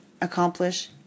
accomplish